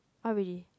uh really